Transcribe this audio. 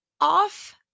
off